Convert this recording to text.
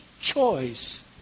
choice